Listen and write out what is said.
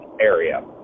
area